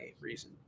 reason